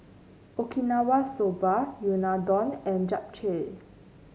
Okinawa Soba Unadon and Japchae